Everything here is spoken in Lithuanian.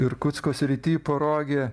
irkutsko srity poroge